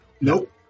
Nope